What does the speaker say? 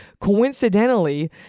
coincidentally